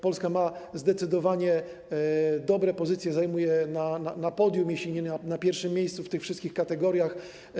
Polska zajmuje zdecydowanie dobre pozycje, jest na podium, jeśli nie na pierwszym miejscu, w tych wszystkich kategoriach.